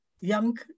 young